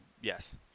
yes